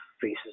faces